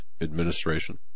administration